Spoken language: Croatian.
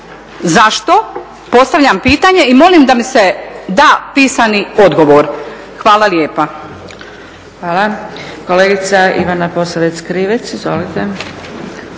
Zašto? Postavljam pitanje i molim da mi se da pisani odgovor. Hvala lijepa. **Zgrebec, Dragica (SDP)** Hvala. Kolegica Ivana Posavec Krivec, izvolite.